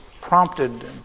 prompted